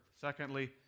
Secondly